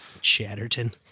Chatterton